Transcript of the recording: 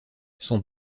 son